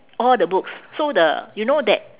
all the books so the you know that